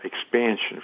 expansion